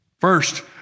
First